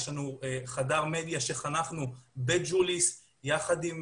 יש לנו חדר מדיה שחנכנו בג'וליס יחד עם